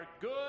good